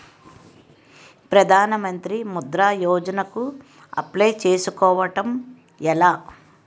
ప్రధాన మంత్రి ముద్రా యోజన కు అప్లయ్ చేసుకోవటం ఎలా?